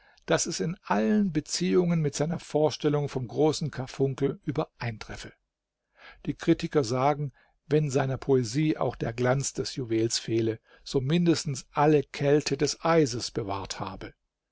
daß es in allen beziehungen mit seiner vorstellung vom großen karfunkel übereintreffe die kritiker sagen wenn seiner poesie auch der glanz des juwels fehle sie mindestens alle kälte des eises bewahrt habe